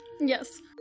yes